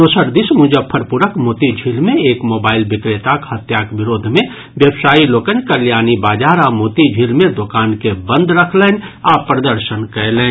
दोसर दिस मुजफ्फरपुरक मोती झील मे एक मोबाइल बिक्रेताक हत्याक विरोध मे व्यवसायी लोकनि कल्याणी बाजार आ मोती झील मे दोकान के बंद रखलनि आ प्रदर्शन कयलनि